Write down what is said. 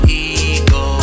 ego